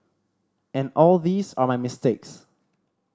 and all these are my mistakes